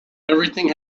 everything